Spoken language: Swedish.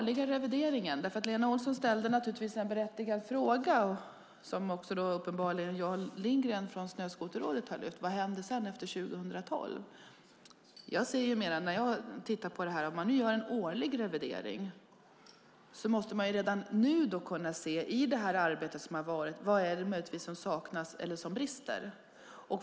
Lena Olsson ställde en berättigad fråga, som uppenbarligen Jan Lindgren från Snöskoterrådet också har tagit upp: Vad händer efter 2012? När man gör en årlig revidering måste man redan nu kunna se i det arbete som varit: Vad är det som möjligtvis saknas eller som brister?